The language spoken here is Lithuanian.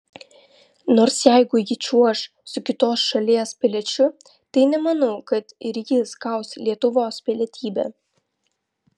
nors jeigu ji čiuoš su kitos šalies piliečiu tai nemanau kad ir jis gaus lietuvos pilietybę